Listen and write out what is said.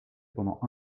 pendant